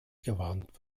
gewarnt